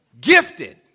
Gifted